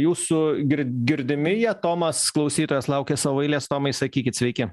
jūsų gir girdimi jie tomas klausytojas laukia savo eilės tomai sakykit sveiki